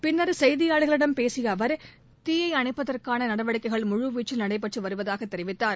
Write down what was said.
பின்னர் செய்தியாளர்களிடம் பேசிய அவர் தீயை அணைப்பதற்கான நடவடிக்கைகள் முழுவீச்சில் நடைபெற்று வருவதாக தெரிவித்தார்